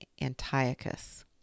Antiochus